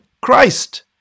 Christ